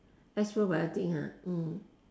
S probiotic ah